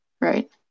right